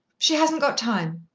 she hasn't got time,